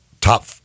top